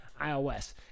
iOS